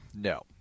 no